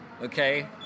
Okay